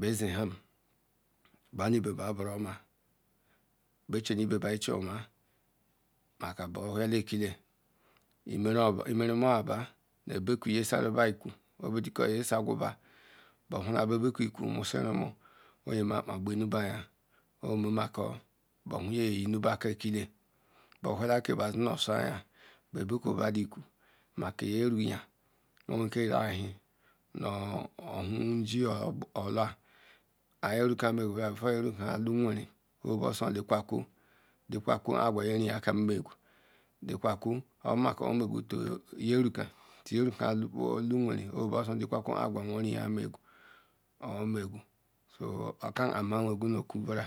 bezieham banu ibe ba buroma bea chim nu ibe ba ichie oma neka o dula ikile emchima apa nu ibeakwu nye saruba ikwu bohumaba babekwu ekwu omema ape berubeaya maka ekile borhuru nye yinuba aka bea bekwu dedu ekiou make nyeriya make nye orhi nu nziz orlua hanyeruka bazor orlurnwere obosar lekweakoo la agwa nyeriya kaim megwa obameko omkoru kyeruka tukpu mpwuka oka bu nha mo nookwu nbura